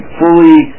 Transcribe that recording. fully